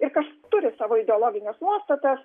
ir kas turi savo ideologines nuostatas